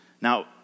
now